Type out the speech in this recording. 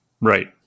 Right